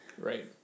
Right